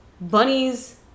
Bunnies